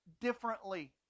differently